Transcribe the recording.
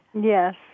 Yes